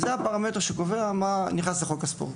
זהו הפרמטר שקובע מה נכנס לחוק הספורט.